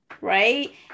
right